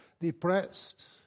depressed